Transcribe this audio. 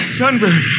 sunburn